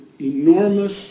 enormous